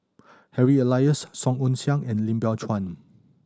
Harry Elias Song Ong Siang and Lim Biow Chuan